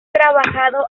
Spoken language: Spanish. trabajado